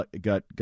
got